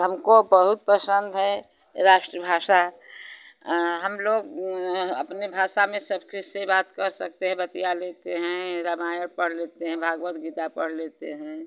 हमको बहुत पसंद है राष्ट्रभाषा हम लोग अपने भाषा में सबके से बात कर सकते हैं बतिया लेते हैं रामायण पढ़ लेते हैं भागवत गीता पढ़ लेते हैं